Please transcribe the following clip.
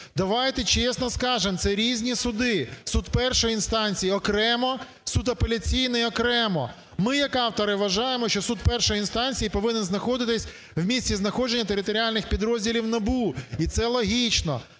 Давайте чесно скажемо: це різні суди. Суд першої інстанції – окремо, суд апеляційний – окремо. Ми, як автори, вважаємо, що суд першої інстанції повинен знаходитися в місці знаходження територіальних підрозділів НАБУ, і це логічно.